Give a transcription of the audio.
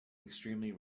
extremely